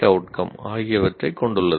ஏ ஆகியவற்றை கொண்டுள்ளது